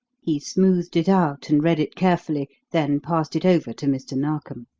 he smoothed it out and read it carefully, then passed it over to mr. narkom.